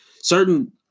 certain